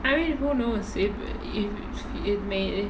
I mean who knows it it it may